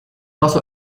also